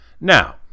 Now